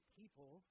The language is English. people